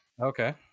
Okay